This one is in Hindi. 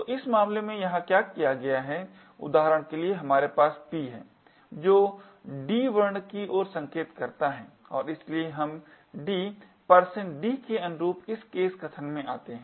तो इस मामले में यहाँ क्या किया गया है उदाहरण के लिए हमारे पास p है जो d वर्ण की ओर संकेत करता है और इसलिए हम d d के अनुरूप इस case कथन में आते हैं